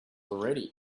already